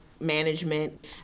management